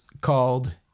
called